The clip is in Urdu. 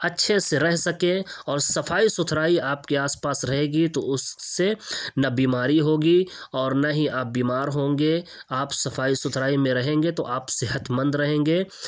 اچھے سے رہ سکیں اور صفائی ستھرائی آپ کے آس پاس رہے گی تو اس سے نہ بیماری ہوگی اور نہ ہی آپ بیمار ہوں گے آپ صفائی ستھرائی میں رہیں گے آپ صحت مند رہیں گے